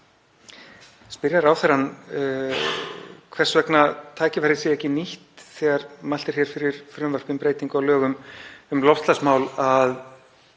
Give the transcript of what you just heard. spyrja ráðherrann hvers vegna tækifærið sé ekki nýtt þegar mælt er fyrir frumvarpi um breytingu á lögum um loftslagsmál að